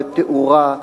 לתאורה,